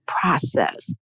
process